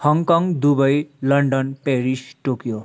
Hong Kong Dubai London Paris Tokyo